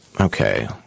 Okay